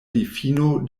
difino